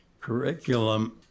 curriculum